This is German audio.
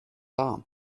warm